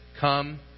come